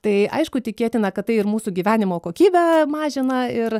tai aišku tikėtina kad tai ir mūsų gyvenimo kokybę mažina ir